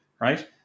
right